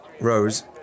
Rose